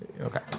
Okay